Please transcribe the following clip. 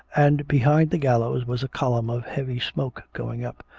and behind the gallows was a column of heavy smoke going up,